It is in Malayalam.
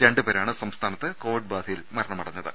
രണ്ടു പേരാണ് സംസ്ഥാനത്ത് കോവിഡ് ബാധയിൽ മരണമടഞ്ഞത്